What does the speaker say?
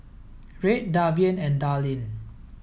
Reid Davian and Darlene